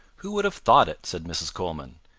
who would have thought it? said mrs. coleman.